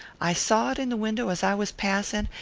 i saw it in the window as i was passing,